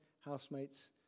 housemates